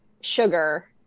sugar